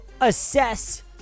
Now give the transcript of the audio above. assess